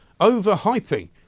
overhyping